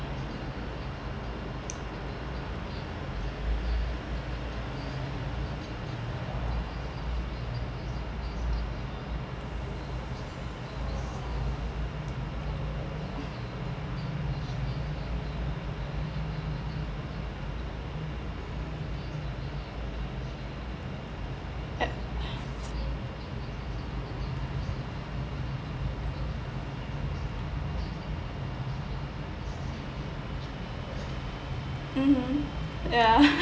mmhmm ya